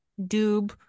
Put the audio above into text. Dube